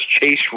chase